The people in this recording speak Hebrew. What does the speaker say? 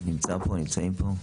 נמצאים פה?